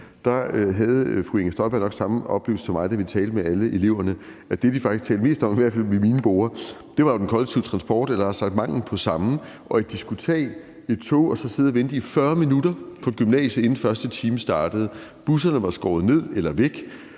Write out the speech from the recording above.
havde fru Inger Støjberg nok den samme oplevelse som mig, da vi talte med alle eleverne, nemlig at det, de faktisk talte mest om – i hvert fald ved mine borde – var den kollektive transport eller rettere sagt manglen på samme, og at de skulle tage et tog, hvor de så skulle sidde og vente i 40 minutter på gymnasiet, inden første time startede. Busserne var der skåret ned på eller var